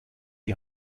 die